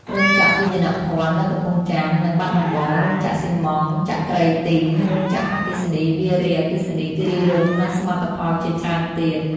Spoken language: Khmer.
រោងចក្រវាយនភ័ណ្ឌ នៅកំពង់ចាម និងបាត់ដំបង, រោងចក្រស៊ីម៉ង់ត៍ចក្រីទីង, រោងចក្រអគ្គិសនីវារីអគ្គិសនីគីរីរម្យ និងសមិទ្ធផលជាច្រើនទៀត។